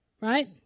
right